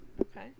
Okay